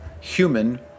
human